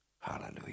Hallelujah